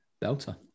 Delta